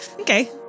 Okay